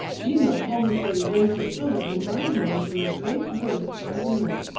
you know home is where you raise your children, and my home is in the great woods farther north.